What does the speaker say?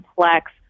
complex